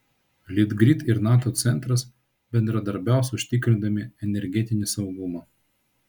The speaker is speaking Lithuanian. litgrid ir nato centras bendradarbiaus užtikrindami energetinį saugumą